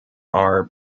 are